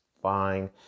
fine